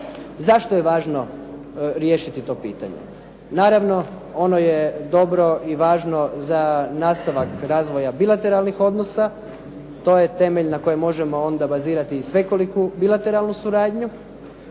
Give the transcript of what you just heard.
Zašto je važno riješiti to pitanje? Naravno, ono je dobro i važno za nastavak razvoja bilateralnih odnosa. To je temelj na kojemu možemo onda bazirati i svekoliku bilateralnu suradnju.